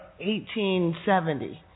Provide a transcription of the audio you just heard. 1870